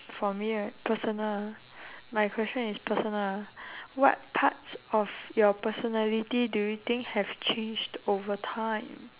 for me right personal ah my question is personal ah what parts of your personality do you think have changed over time